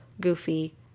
Goofy